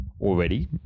already